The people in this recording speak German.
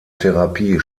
therapie